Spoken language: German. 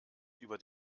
über